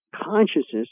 consciousness